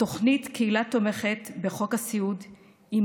התוכנית קהילה תומכת בחוק סיעוד היא